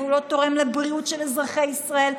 והוא לא תורם לבריאות של אזרחי ישראל,